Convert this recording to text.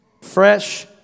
fresh